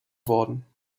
worden